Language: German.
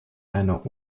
einer